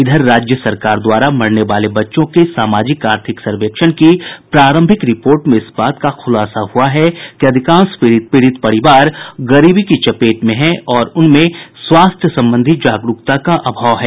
इधर राज्य सरकार द्वारा मरने वाले बच्चों के सामाजिक आर्थिक सर्वेक्षण की प्रारंभिक रिपोर्ट में इस बात का खुलासा हुआ है कि अधिकांश पीड़ित परिवार गरीबी की चपेट में हैं और उनमें स्वास्थ्य संबंधी जागरूकता का अभाव है